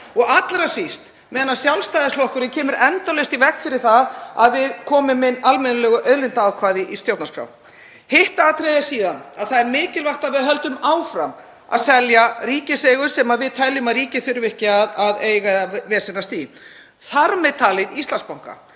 og allra síst meðan Sjálfstæðisflokkurinn kemur endalaust í veg fyrir það að við komum inn almennilegu auðlindaákvæði í stjórnarskrá. Hitt atriðið er síðan að það er mikilvægt að við höldum áfram að selja ríkiseigur sem við teljum að ríkið þurfi ekki að eiga eða vesenast í, þar með talið Íslandsbanka,